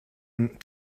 ein